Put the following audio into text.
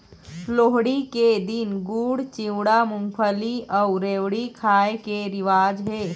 लोहड़ी के दिन गुड़, चिवड़ा, मूंगफली अउ रेवड़ी खाए के रिवाज हे